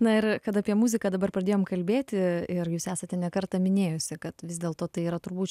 na ir kad apie muziką dabar pradėjom kalbėti ir jūs esate ne kartą minėjusi kad vis dėlto tai yra turbūt